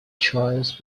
choice